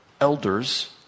elders